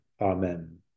Amen